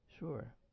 Sure